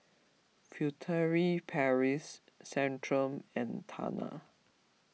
Furtere Paris Centrum and Tena